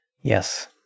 Yes